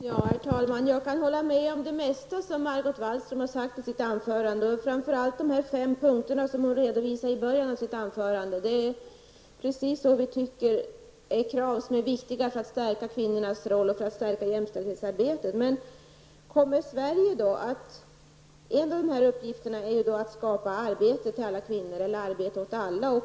Herr talman! Jag kan hålla med om det mesta som Margot Wallström har sagt och framför allt de fem punkterna som hon redovisade i början av sitt anförande. Det är precis vad vi tycker är krav som är viktiga att ställa för kvinnornas roll och för att stärka jämställdhetsarbetet. En av uppgifterna är att skapa arbete åt alla.